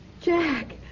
jack